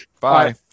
Bye